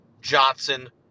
Johnson